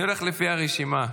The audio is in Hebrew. אני הולך לפי הרשימה.